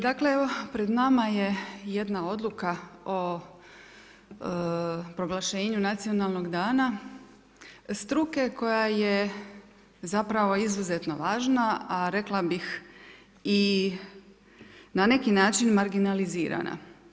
Dakle, evo pred nama je jedna Odluka o proglašenju nacionalnog dana struke koja je zapravo izuzetno važna, a rekla bih i na neki način marginalizirana.